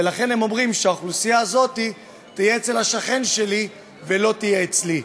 ולכן הם אומרים: שהאוכלוסייה הזאת תהיה אצל השכן שלי ולא אצלי,